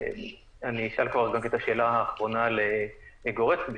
השאלה האחרונה לגורצקי: